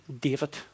David